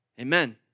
amen